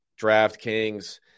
DraftKings